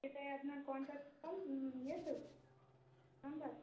এটাই আপনার কন্টাক্ট নাম ইয়ে তো নম্বর